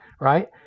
right